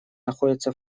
находится